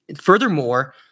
Furthermore